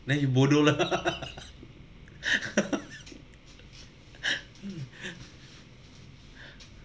then you bodoh lah